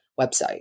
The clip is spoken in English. website